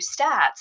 stats